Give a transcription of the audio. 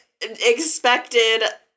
expected